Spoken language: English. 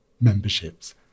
memberships